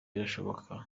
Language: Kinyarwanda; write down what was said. birashoboka